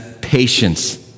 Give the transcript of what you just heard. patience